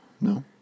No